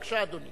בבקשה, אדוני.